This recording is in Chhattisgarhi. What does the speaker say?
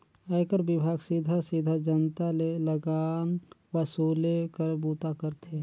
आयकर विभाग सीधा सीधा जनता ले लगान वसूले कर बूता करथे